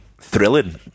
thrilling